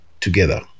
together